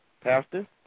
Pastor